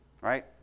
right